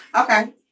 Okay